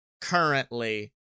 currently